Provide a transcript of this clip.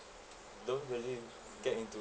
don't really get into